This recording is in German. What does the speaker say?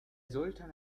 sultan